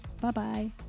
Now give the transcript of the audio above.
Bye-bye